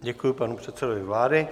Děkuji panu předsedovi vlády.